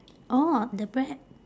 orh the bread